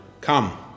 come